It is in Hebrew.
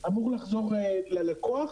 הוא אמור לחזור ללקוח.